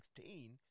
2016